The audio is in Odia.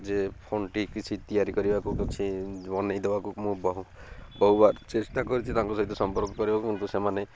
ଯେ ଫୋନ୍ଟି କିଛି ତିଆରି କରିବାକୁ କିଛି ବନାଇ ଦେବାକୁ ମୁଁ ବହୁ ବହୁବାର ଚେଷ୍ଟା କରିଛି ତାଙ୍କ ସହିତ ସମ୍ପର୍କ କରିବାକୁ କିନ୍ତୁ ସେମାନେ